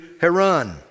Haran